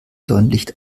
sonnenlicht